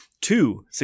two